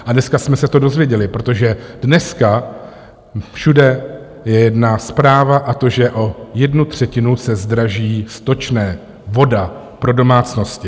A dneska jsme se to dozvěděli, protože dneska všude je jedna zpráva, a to, že o jednu třetinu se zdraží stočné, voda pro domácnosti.